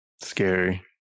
scary